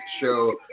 show